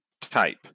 type